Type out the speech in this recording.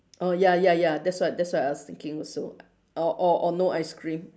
oh ya ya ya that's what that's what I was thinking also or or or no ice cream